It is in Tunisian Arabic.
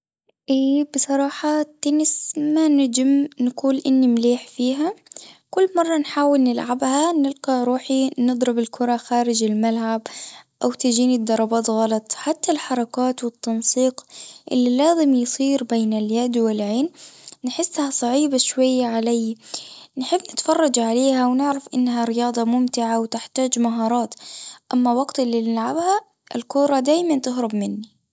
بصراحة التنس ما نجم نقول إني مليح فيها، كل مرة نحاول نلعبها نلقى روحي نضرب الكرة خارج الملعب، أو تجيني الضربات غلط، حتى الحركات والتنسيق اللي لازم يصير بين اليد والعين نحسها صعيبة شوية علي نحب نتفرج عليها ونعرف إنها رياضة ممتعة وتحتاج مهارات، أما وقت اللي بنلعبها الكورة دايمًا تهرب مني.